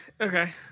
Okay